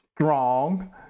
strong